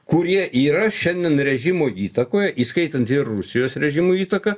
kurie yra šiandien režimo įtakoje įskaitant ir rusijos režimo įtaką